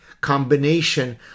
combination